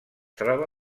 troba